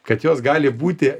kad jos gali būti